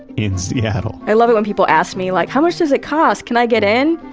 in seattle i love it when people ask me, like, how much does it cost? can i get in?